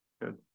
Good